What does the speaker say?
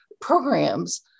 programs